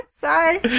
Sorry